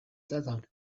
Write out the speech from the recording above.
desert